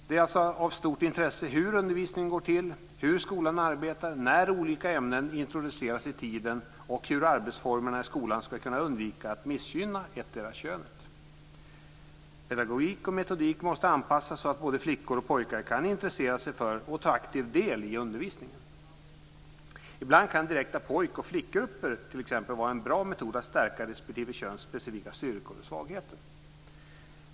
Det är alltså av stort intresse hur undervisningen går till, hur skolan arbetar, när i tiden olika ämnen introduceras och hur arbetsformerna i skolan ska kunna undvika att missgynna ettdera könet. Pedagogik och metodik måste anpassas så att både flickor och pojkar kan intressera sig för och aktivt ta del i undervisningen. Ibland kan direkta pojk och flickgrupper t.ex. vara en bra metod att stärka respektive köns specifika styrkor och svagheter.